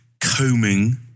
combing